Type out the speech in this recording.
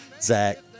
Zach